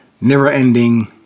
never-ending